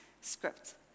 script